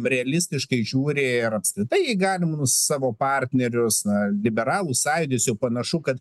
realistiškai žiūri ir apskritai į galimus savo partnerius na liberalų sąjūdis jau panašu kad